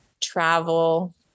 travel